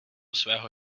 svého